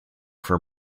for